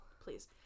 Please